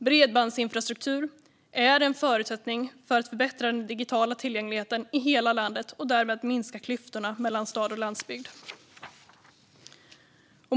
Bredbandsinfrastruktur är en förutsättning för att förbättra den digitala tillgängligheten i hela landet och därmed minska klyftorna mellan stad och landsbygd.